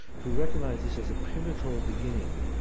who recognise this as a pivotal beginning,